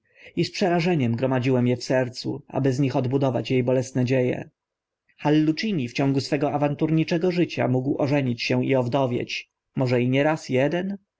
i z przerażeniem gromadziłem e w sercu aby z nich odbudować e bolesne dzie e hallucini w ciągu swego awanturniczego życia mógł ożenić się i owdowieć może i nie raz eden